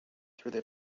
through